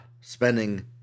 spending